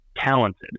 talented